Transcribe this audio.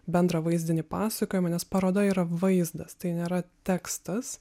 bendrą vaizdinį pasakojimą nes paroda yra vaizdas tai nėra tekstas